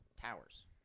towers